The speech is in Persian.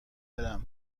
برم